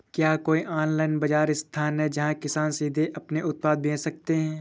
क्या कोई ऑनलाइन बाज़ार स्थान है जहाँ किसान सीधे अपने उत्पाद बेच सकते हैं?